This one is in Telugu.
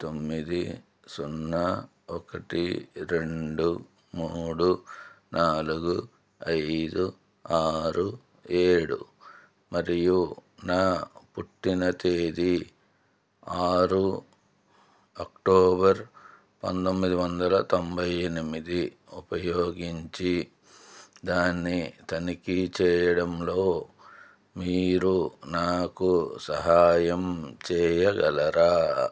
తొమ్మిది సున్నా ఒకటి రెండు మూడు నాలుగు ఐదు ఆరు ఏడు మరియు నా పుట్టిన తేదీ ఆరు అక్టోబర్ పంతొమ్మిది వందల తొంభై ఎనిమిది ఉపయోగించి దాన్ని తనిఖీ చేయడంలో మీరు నాకు సహాయం చేయగలరా